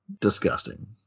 disgusting